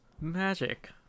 Magic